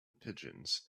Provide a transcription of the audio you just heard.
pigeons